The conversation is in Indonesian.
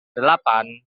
delapan